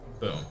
Boom